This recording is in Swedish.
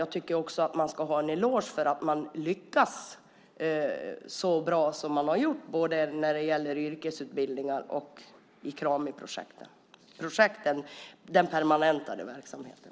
Jag tycker också att man ska ha en eloge för att man lyckas så bra som man har gjort, både när det gäller yrkesutbildningar och i Kramiprojekten, den permanentade verksamheten.